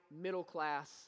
middle-class